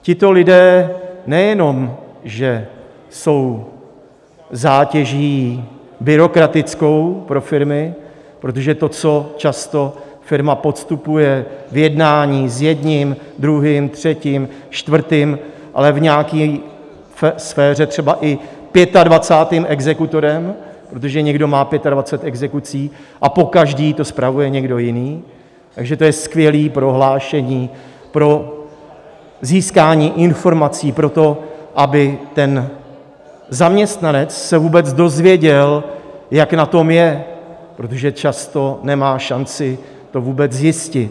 Tito lidé nejenom že jsou byrokratickou zátěží pro firmy, protože to, co často firma podstupuje v jednání s jedním, druhým, třetím, čtvrtým, ale v nějaké sféře třeba i pětadvacátým exekutorem, protože někdo má pětadvacet exekucí a pokaždé to spravuje někdo jiný, takže to je skvělé prohlášení pro získání informací pro to, aby ten zaměstnanec se vůbec dozvěděl, jak na tom je, protože často nemá šanci to vůbec zjistit.